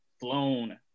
flown